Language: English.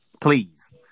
Please